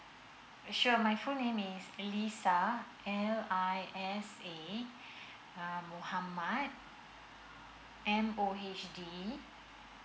sure my full name is lisa L I S A mohammad um M O H D